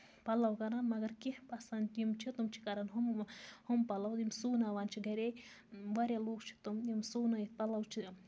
پَلو کران مَگر کیٚنہہ پَنسد یِم چھِ تِم چھِ کران ہُم ہُم پَلو یِم سُناوان چھِ گرے واریاہ لوٗکھ چھِ تِم یِم سُونٲوِتھ پَلو چھِ